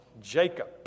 Jacob